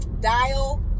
Dial